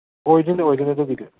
ꯑꯣꯏꯗꯣꯏꯅꯦ ꯑꯣꯏꯗꯣꯏꯅꯦ ꯑꯗꯨꯒꯤꯗꯤ